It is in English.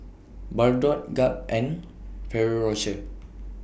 Bardot Gap and Ferrero Rocher